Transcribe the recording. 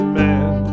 man